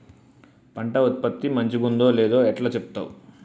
పంట ఉత్పత్తి మంచిగుందో లేదో ఎట్లా చెప్తవ్?